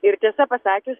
ir tiesą pasakius